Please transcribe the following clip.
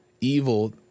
evil